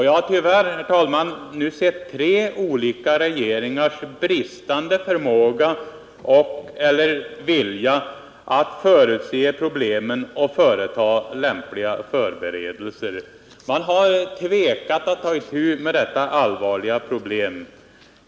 Jag har tyvärr, herr talman, sett tre olika regeringars bristande förmåga eller vilja att förutse problemen och företa lämpliga förberedelser. Man har tvekat att ta itu med detta allvarliga problem.